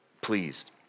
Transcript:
pleased